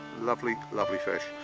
lovely, lovely fish.